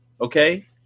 okay